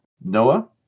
Noah